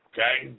Okay